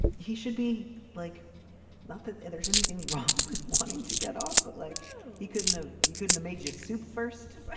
he should be like not that there's anything wrong with wanting to get off but like he couldn't have you couldn't a just soup first